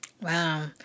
Wow